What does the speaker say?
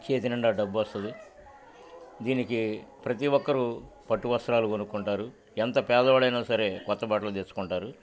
చేతినిండా డబ్బు వస్తుంది దీనికి ప్రతి ఒక్కరూ పట్టు వస్త్రాలు కొనుక్కుంటారు ఎంత పేదవాడైనా సరే కొత్త బట్టలు తెచ్చుకుంటారు